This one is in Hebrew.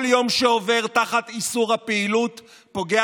כל יום שעובר תחת איסור הפעילות פוגע